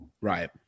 Right